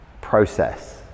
process